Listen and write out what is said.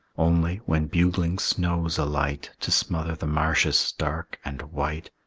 only, when bugling snows alight to smother the marshes stark and white,